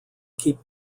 keep